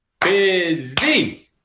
Busy